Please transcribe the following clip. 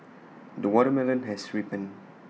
the watermelon has ripened